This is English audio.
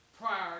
prior